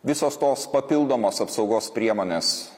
visos tos papildomos apsaugos priemonės